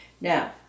Now